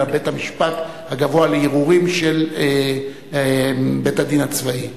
אלא של בית-המשפט הגבוה לערעורים של בית-הדין הצבאי.